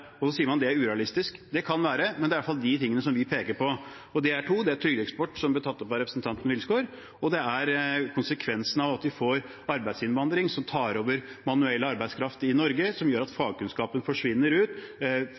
Så sier man at det er urealistisk, og det kan være. Men det er i hvert fall to ting vi peker på, og det er: Det er trygdeeksport, som ble tatt opp av representanten Wilsgård, og det er konsekvensen av at vi får arbeidsinnvandring som tar over manuell arbeidskraft i Norge, som gjør at fagkunnskap forsvinner ut